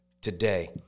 today